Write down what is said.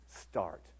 start